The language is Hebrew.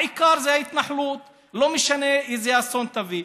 העיקר זה ההתנחלות, לא משנה איזה אסון תביא.